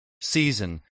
season